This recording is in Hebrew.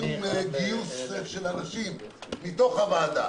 עם גיוס של אנשים מתוך הוועדה